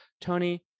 Tony